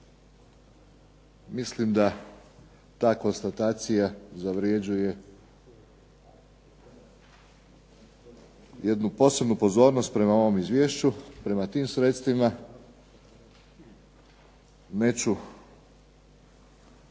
Mislim da ta konstatacija zavređuje jednu posebnu pozornost prema ovom izvješću, prema tim sredstvima. Neću